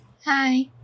Hi